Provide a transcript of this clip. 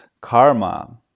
karma